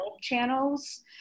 channels